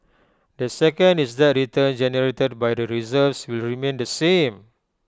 the second is that returns generated by the reserves will remain the same